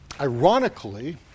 Ironically